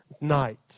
night